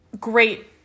great